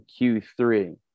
Q3